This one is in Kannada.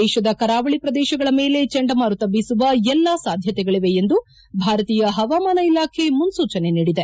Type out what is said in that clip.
ದೇಶದ ಕರಾವಳಿ ಪ್ರದೇಶಗಳ ಮೇಲೆ ಚಂಡಮಾರುತ ಬೀಸುವ ಎಲ್ಲಾ ಸಾಧ್ಯತೆಗಳಿವೆ ಎಂದು ಭಾರತೀಯ ಹವಾಮಾನ ಇಲಾಖೆ ಮುನ್ನೂಚನೆ ನೀಡಿದೆ